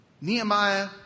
Nehemiah